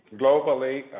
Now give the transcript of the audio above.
globally